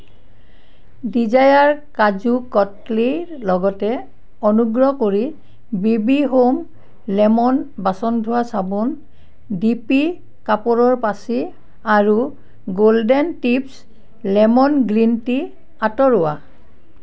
Dzire কাজু কটলীৰ লগতে অনুগ্ৰহ কৰি বি বি হোম লেমন বাচন ধোৱা চাবোন ডি পি কাপোৰৰ পাচি আৰু golden tips lemon green tea আঁতৰোৱা